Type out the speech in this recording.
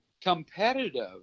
competitive